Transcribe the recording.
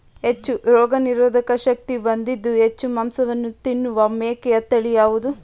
ಹೆಚ್ಚು ರೋಗನಿರೋಧಕ ಶಕ್ತಿ ಹೊಂದಿದ್ದು ಹೆಚ್ಚು ಮಾಂಸವನ್ನು ನೀಡುವ ಮೇಕೆಯ ತಳಿ ಯಾವುದು?